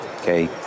Okay